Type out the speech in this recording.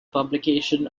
publication